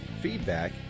feedback